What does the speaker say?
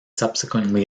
subsequently